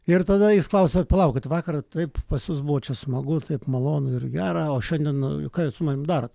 ir tada jis klausia palaukit vakar taip pas jus buvo čia smagu taip malonu ir gera o šiandien ką jūs su manim darot